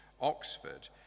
Oxford